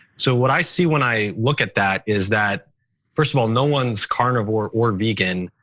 so what i see when i look at that is that first of all, no one's carnivore or vegan.